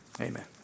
Amen